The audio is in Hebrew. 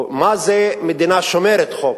מה זה מדינה שומרת חוק?